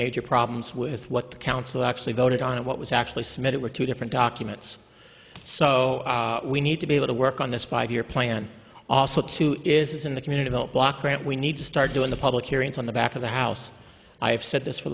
major problems with what the council actually voted on and what was actually submitted were two different documents so we need to be able to work on this five year plan also two is in the community don't block grant we need to start doing the public hearings on the back of the house i have said this for